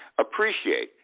Appreciate